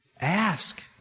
Ask